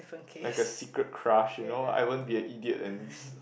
like a secret crush you know I won't be an idiot and